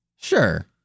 Sure